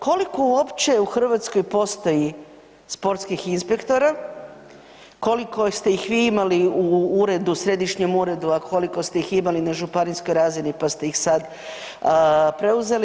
Koliko uopće u Hrvatskoj postoji sportskih inspektora, koliko ste ih vi imali u uredu, središnjem uredu, a koliko ste ih imali na županijskoj razini pa ste ih sad preuzeli?